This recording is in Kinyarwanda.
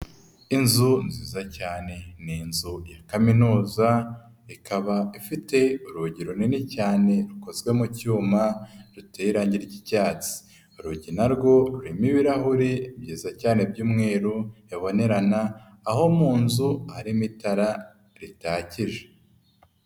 Inzu nziza cyane ni inzu ya kaminuza ikaba ifite urugi runini cyane rukozwe mu cyuma ruteye irangi ry'icyatsi. Urugi na rwo rurimo ibirahure byiza cyane by'umweru bibonerana aho mu nzu harimo itara ritakije.